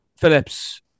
Phillips